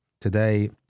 Today